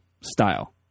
style